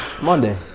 Monday